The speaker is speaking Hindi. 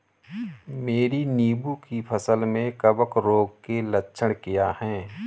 मेरी नींबू की फसल में कवक रोग के लक्षण क्या है?